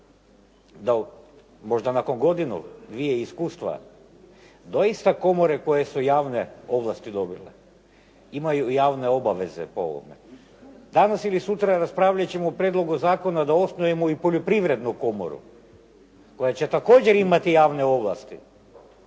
da možda nakon godinu, dvije iskustva dosita komore koje su javne ovlasti dobile, imaju i javne obaveze po ovome. Danas ili sutra raspravljat ćemo o prijedlogu zakona da osnujemo i poljoprivrednu komoru koja će također imati javne ovlasti.